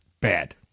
Bad